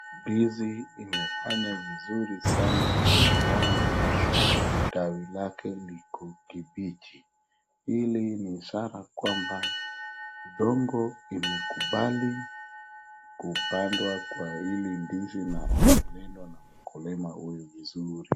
Ndizi imefanya vizuri sana kulingana na vile tawi lake liko kibichi. Hili ni ishara kwamba udongo imekubali kupandwa kwa hili ndizi na inalindwa na mkulima huyu vizuri.